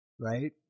right